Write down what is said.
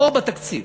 חור בתקציב.